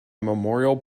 memorial